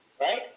Right